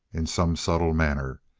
in some subtle manner.